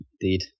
indeed